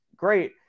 great